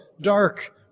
dark